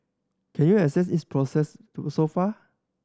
can you assess its progress so far